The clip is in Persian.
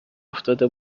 افتاده